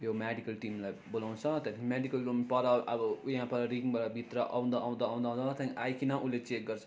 यो मेडिकल टिमलाई बोलाउँछ त्यहाँदेखि मेडिकल रुम पर अब उयाँ पर रिङबाट भित्र आउँदा आउँदा आउँदा आउँदा त्यहाँदेखि आइकन उसले चेक गर्छ